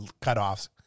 cutoffs